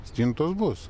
stintos bus